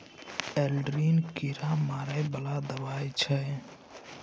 Aldrin कीरा मारै बला दवाई छै